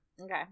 Okay